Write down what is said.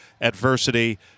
adversity